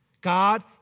God